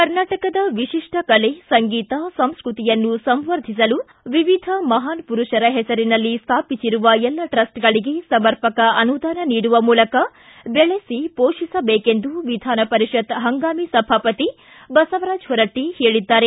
ಕರ್ನಾಟಕದ ವಿಶಿಷ್ಟ ಕಲೆ ಸಂಗೀತ ಸಂಸ್ಕೃತಿಯನ್ನು ಸಂವರ್ಧಿಸಲು ವಿವಿಧ ಮಹಾನ್ ಪುರುಷರ ಹೆಸರಿನಲ್ಲಿ ಸ್ಥಾಪಿಸಿರುವ ಎಲ್ಲ ಟ್ರಸ್ಟ್ ಗಳಿಗೆ ಸಮರ್ಪಕ ಅನುದಾನ ನೀಡುವ ಮೂಲಕ ಬೆಳೆಸಿ ಪೋಷಿಸಬೇಕೆಂದು ವಿಧಾನ ಪರಿಷತ್ ಹಂಗಾಮಿ ಸಭಾಪತಿ ಬಸವರಾಜ ಹೊರಟ್ಟಿ ಹೇಳಿದ್ದಾರೆ